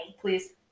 please